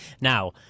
Now